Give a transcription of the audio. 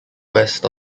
west